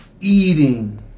eating